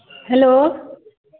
hello